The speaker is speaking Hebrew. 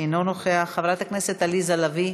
אינו נוכח, חברת הכנסת עליזה לביא,